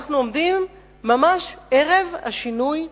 כשאנחנו עומדים ממש ערב השינוי הנדרש.